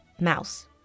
mouse